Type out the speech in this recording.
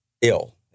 ill